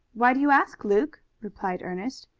why do you ask, luke? replied ernest.